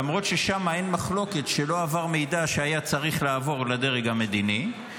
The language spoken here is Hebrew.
למרות ששם אין מחלוקת שלא עבר מידע שהיה צריך לעבור לדרג המדיני,